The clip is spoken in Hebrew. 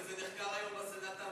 וזה נחקר היום בסנאט האמריקני?